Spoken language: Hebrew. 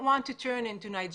אנחנו לא רוצים להפוך לניגריה,